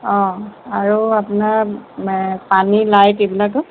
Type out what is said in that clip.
অঁ আৰু আপোনাৰ পানী লাইট এইবিলাকৰ